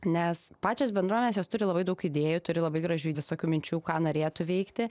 nes pačios bendrovės jos turi labai daug idėjų turi labai gražių visokių minčių ką norėtų veikti